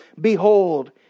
Behold